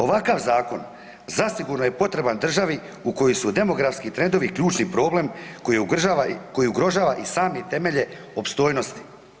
Ovakav zakon zasigurno je potreban državi u kojoj su demografski trendovi ključni problem koji ugrožava i same temelje opstojnosti.